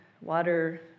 water